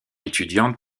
étudiantes